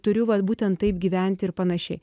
turiu vat būtent taip gyventi ir panašiai